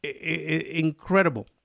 incredible